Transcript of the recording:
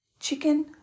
Chicken